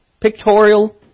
pictorial